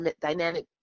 dynamic